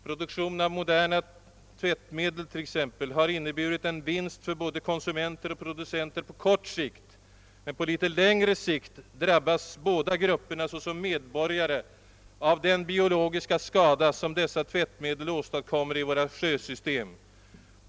Produktionen av vissa moderna tvättmedel har inneburit en vinst för både konsumenter och producenter på kort sikt, men på litet längre sikt drabbas båda grupperna av medborgare av den biologiska skada som dessa tvättmedel åstadkommer i våra sjösystem.